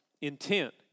intent